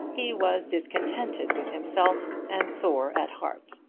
he was discontented with himself and sore at heart.